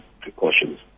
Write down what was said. precautions